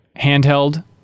handheld